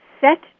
set